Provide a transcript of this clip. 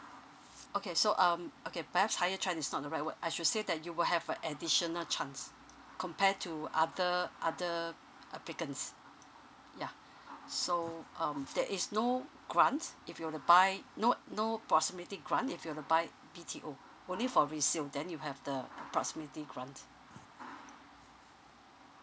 okay so um okay perhaps higher chance is not the right word I should say that you will have a additional chance compare to other other applicants yeah so um there is no grants if you were to buy no no proximity grant if you were to buy B_T_O only for resale then you have the pro~ proximity grant